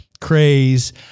craze